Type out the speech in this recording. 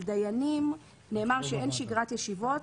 על דיינים נאמר שאין שגרת ישיבות,